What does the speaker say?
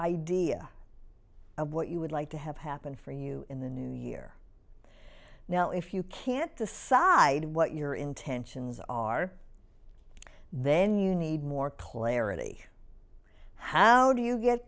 idea of what you would like to have happen for you in the new year now if you can't decide what your intentions are then you need more clarity how do you get